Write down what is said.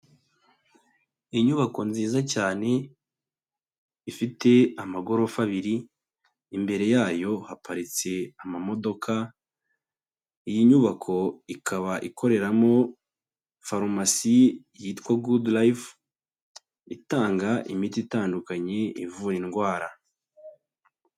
Inyubako nziza cyane, ifite amagorofa abiri, imbere yayo haparitse amamodoka, iyi nyubako ikaba ikoreramo farumasi yitwa Goodlife itanga imiti itandukanye ivura indwara.